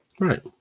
Right